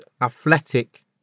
athletic